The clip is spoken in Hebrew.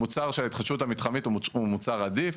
המוצר של ההתחדשות המתחמית הוא מוצר עדיף,